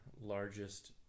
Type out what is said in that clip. largest